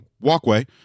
walkway